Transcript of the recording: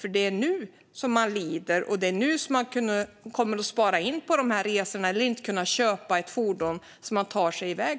Det är nu de lider och måste spara in på resor eller inte kan köpa ett fordon för att kunna ta sig iväg.